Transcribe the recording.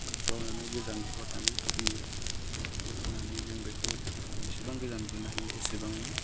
बुग्दावनानै गोजान बुहरनानै सोयो सोनानै जों बेखौ बेसेबां गोजान बुनो हायो एसेबांनो